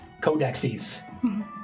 codexes